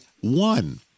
one